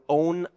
own